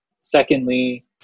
Secondly